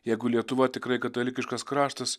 jeigu lietuva tikrai katalikiškas kraštas